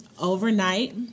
overnight